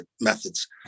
methods